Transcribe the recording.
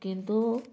କିନ୍ତୁ